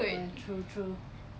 oh ya true true